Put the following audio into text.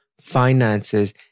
finances